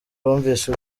bumvise